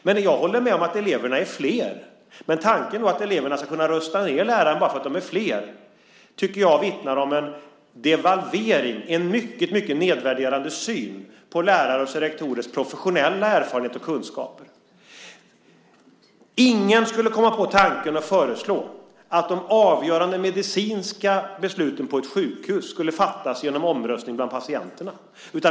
Men jag håller med om att eleverna är flera. Tanken att eleverna ska kunna rösta ned lärarna bara för att de är flera tycker jag vittnar om en devalvering av och en mycket nedvärderande syn på både lärares och rektorers professionella erfarenhet och kunskaper. Ingen skulle komma på tanken att föreslå att de avgörande medicinska besluten på ett sjukhus skulle fattas genom omröstning bland patienterna.